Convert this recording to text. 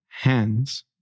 hands